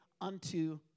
unto